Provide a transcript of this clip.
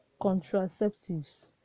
contraceptives